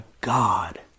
God